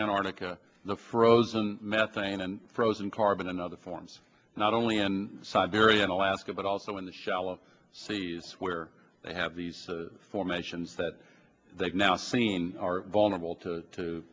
antarctica the frozen methane and frozen carbon and other forms not only in siberia in alaska but also in the shallow seas where they have these formations that they've now seen are vulnerable to